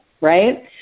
right